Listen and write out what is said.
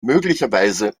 möglicherweise